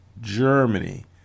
Germany